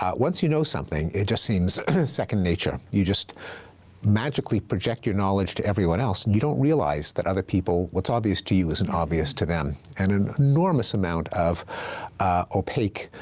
um once you know something, it just seems second nature. you just magically project your knowledge to everyone else, and you don't realize that other people, what's obvious to you isn't obvious to them. and an enormous amount of opaque